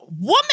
woman